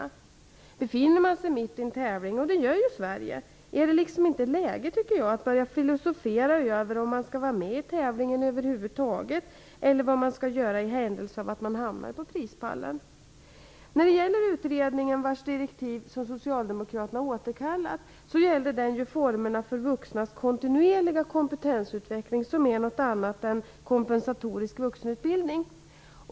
Om man befinner sig mitt i en tävling, vilket Sverige gör, är det inte läge att börja filosofera över om man skall vara med i tävlingen över huvud taget eller vad man skall göra i händelse av att man hamnar på prispallen. Utredningen, vars direktiv den socialdemokratiska regeringen återkallat, gällde formerna för vuxnas kontinuerliga kompetensutveckling; det är något annat än kompensatorisk vuxenutbildning.